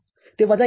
ते वजा १